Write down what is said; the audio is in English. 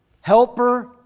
helper